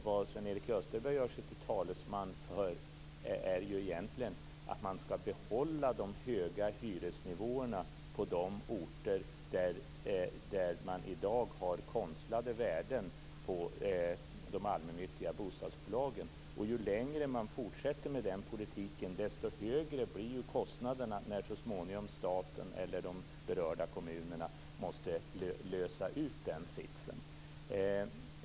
Det Sven-Erik Österberg gör sig till talesman för är egentligen att man skall behålla de höga hyresnivåerna på de orter där man i dag har konstlade värden på de allmännyttiga bostadsbolagen. Ju längre man fortsätter med den politiken, desto högre blir ju kostnaderna när de berörda kommunerna så småningom måste lösa ut sig ur den sitsen.